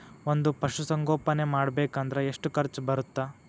ಒಂದ್ ಪಶುಸಂಗೋಪನೆ ಮಾಡ್ಬೇಕ್ ಅಂದ್ರ ಎಷ್ಟ ಖರ್ಚ್ ಬರತ್ತ?